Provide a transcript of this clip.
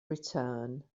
return